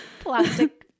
plastic